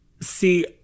See